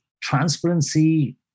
transparency